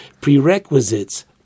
prerequisites